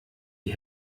die